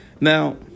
Now